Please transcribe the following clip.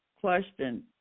question